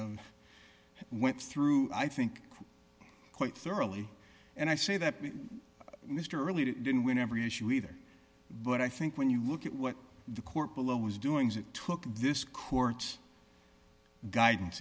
went through i think quite thoroughly and i say that mr really didn't win every issue either but i think when you look at what the court below was doing is it took this court's guidance